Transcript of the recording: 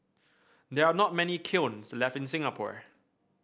there are not many kilns left in Singapore